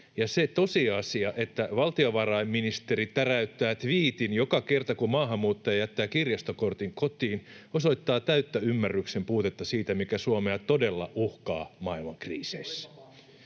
Ja se tosiasia, että valtiovarainministeri täräyttää tviitin joka kerta, kun maahanmuuttaja jättää kirjastokortin kotiin, osoittaa täyttä ymmärryksen puutetta siitä, mikä Suomea todella uhkaa maailman kriiseissä.